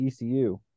ECU